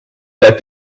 that